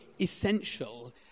essential